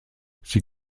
sie